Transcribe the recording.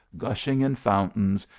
gushing in foun tains,